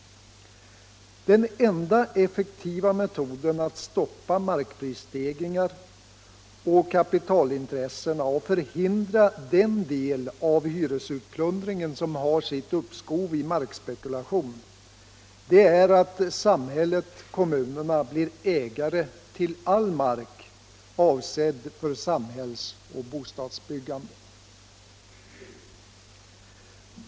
Den enda effektiva metoden att stoppa markprisstegringar och kapitalintressen och förhindra den del av hyresutplundringen som har sitt upphov i markspekulation är att samhiället-kommunerna blir ägare till all mark avsedd för samhills och bostadsbyggande.